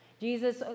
jesus